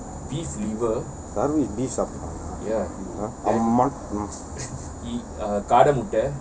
நானும்:naanum beef அம்மன்:amman